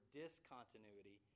discontinuity